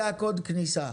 זה קוד הכניסה.